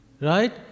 Right